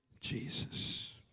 Jesus